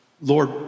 Lord